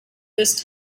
this